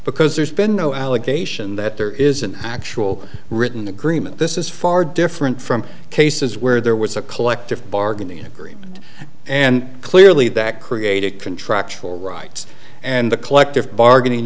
because there's been no allegation that there is an actual written agreement this is far different from cases where there was a collective bargaining agreement and clearly that created contractual rights and the collective bargaining